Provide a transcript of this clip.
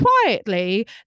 quietly